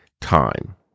time